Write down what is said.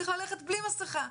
צריך ללכת עם מסכה,